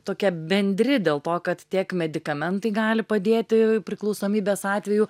tokie bendri dėl to kad tiek medikamentai gali padėti priklausomybės atveju